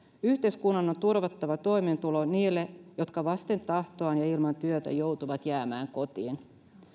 yhteiskunnan on turvattava toimeentulo niille jotka vasten tahtoaan ja ilman työtä joutuvat jäämään kotiin